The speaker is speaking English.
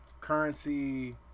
currency